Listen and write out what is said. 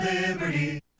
Liberty